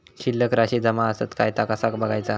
शिल्लक राशी जमा आसत काय ता कसा बगायचा?